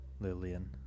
Lillian